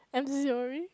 I'm sorry